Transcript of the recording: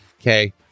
Okay